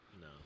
No